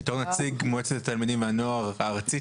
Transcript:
בתור נציג מועצת התלמידים והנוער הארצית